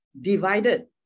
divided